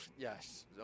Yes